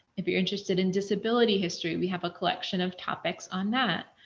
if you're interested in disability history. we have a collection of topics on that.